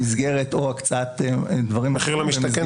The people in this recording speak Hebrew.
מחיר למשתכן.